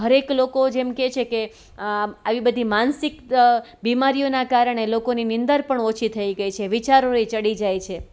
દરેક લોકો જેમ કે છે કે આવી બધી માનસિક બીમારીઓના કારણે લોકોની નીંદર પણ ઓછી થઈ ગઈ છે વિચારોએ ચડી જાય છે